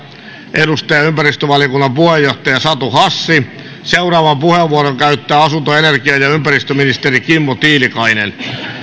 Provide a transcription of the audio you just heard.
edustaja ja ympäristövaliokunnan puheenjohtaja satu hassi seuraavan puheenvuoron käyttää asunto energia ja ja ympäristöministeri kimmo tiilikainen